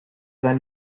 sein